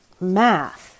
math